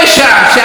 הוא לא גנב,